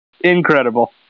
Incredible